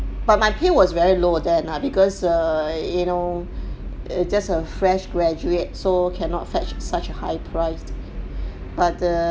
but my pay was very low then ah because err you know it's just a fresh graduate so cannot fetch such a high price but err